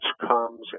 comes